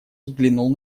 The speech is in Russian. взглянул